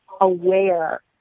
aware